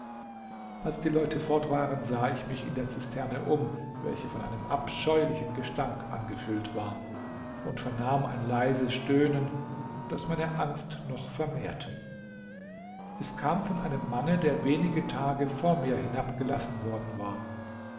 als die leute fort waren sah ich mich in der zisterne um welche von einem abscheulichen gestank angefüllt war und vernahm ein leises stöhnen das meine angst noch vermehrte es kam von einem manne der wenige tage vor mir hinabgelassen worden war